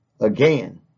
Again